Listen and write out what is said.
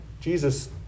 Jesus